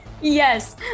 Yes